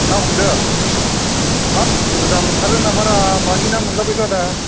ना हमदों हाब बुरजा मोनथारदों नामारा मानि ना मोनलाबायखो आदा